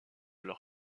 leur